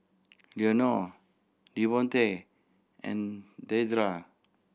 Leonore Devontae and Deidre